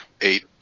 eight